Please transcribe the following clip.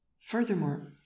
Furthermore